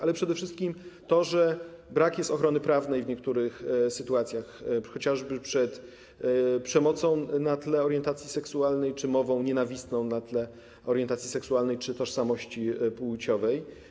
Ale przede wszystkim to, że brak ochrony prawnej w niektórych sytuacjach, chociażby przed przemocą na tle orientacji seksualnej czy mową nienawistną na tle orientacji seksualnej czy tożsamości płciowej.